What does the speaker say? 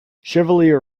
chevalier